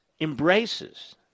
embraces